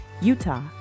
Utah